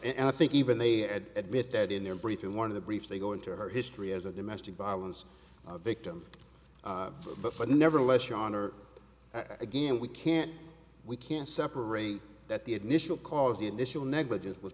and i think even they had admitted in their brief in one of the briefs they go into her history as a domestic violence victim but nevertheless your honor i game we can't we can't separate that the initial cause the initial negligence was